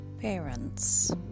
parents